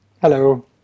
Hello